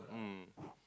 mm